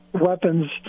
Weapons